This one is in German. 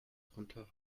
drunter